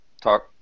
talk